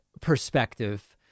perspective